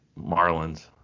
Marlins